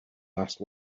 last